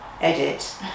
edit